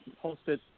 posted